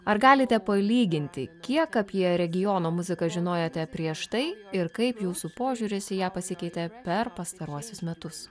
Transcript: ar galite palyginti kiek apie regiono muziką žinojote prieš tai ir kaip jūsų požiūris į ją pasikeitė per pastaruosius metus